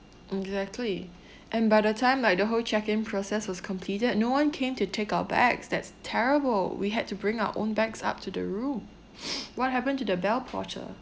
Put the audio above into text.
exactly and by the time like the whole check in process was completed no one came to take our bags that's terrible we had to bring our own bags up to the room what happened to the bell porter